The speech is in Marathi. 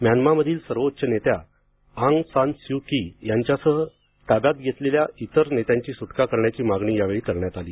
म्यान्मामधील सर्वोच्च नेत्या आंग सान सु चि यांच्यासह ताब्यात घेतलेल्या इतर नेत्यांची सुटका करण्याची मागणी यावेळी करण्यात आली